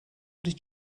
did